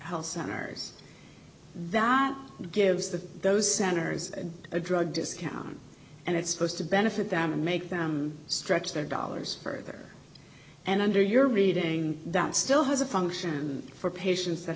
health centers that gives the those centers a drug discount and it's supposed to benefit them and make them stretch their dollars further and under your reading that still has a function for patients that